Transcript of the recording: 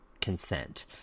consent